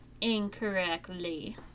Incorrectly